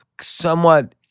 somewhat